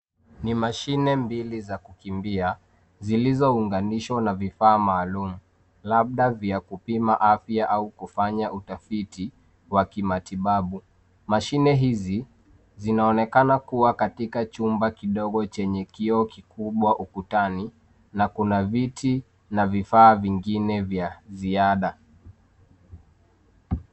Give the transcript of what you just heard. Ni mashine mbili za kukimbia, zilizo unganishwa na vifaa maalum labda vya kupima afya au kufanya utafiti wa kimatibabu. Mashine hizi zinaonekana kuwa katika chumba kidogo chenye kioo kikubwa ukutani, na kuna viti na vifaa vingine vya ziada.